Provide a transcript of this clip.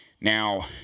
Now